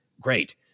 Great